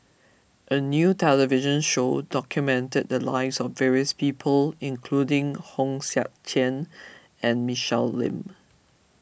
a new television show documented the lives of various people including Hong Sek Chern and Michelle Lim